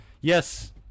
Yes